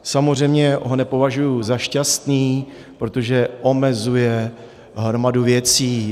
Samozřejmě ho nepovažuji za šťastný, protože omezuje hromadu věcí.